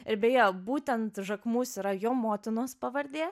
ir beje būtent jacquemus yra jo motinos pavardė